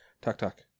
Tuck-tuck